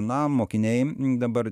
na mokiniai dabar